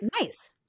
Nice